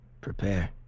Prepare